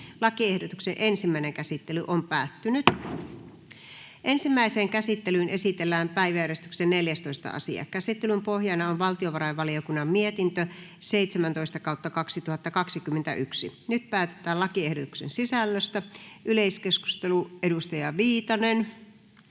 laiksi lääkelain muuttamisesta Time: N/A Content: Ensimmäiseen käsittelyyn esitellään päiväjärjestyksen 16. asia. Käsittelyn pohjana on sosiaali- ja terveysvaliokunnan mietintö StVM 30/2021 vp. Nyt päätetään lakiehdotuksen sisällöstä. — Yleiskeskustelu, edustaja Viljanen.